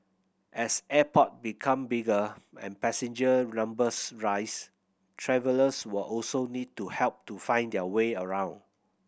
as airport become bigger and passenger numbers rise travellers will also need help to find their way around